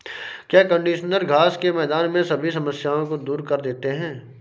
क्या कंडीशनर घास के मैदान में सभी समस्याओं को दूर कर देते हैं?